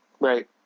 Right